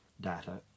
data